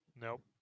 Nope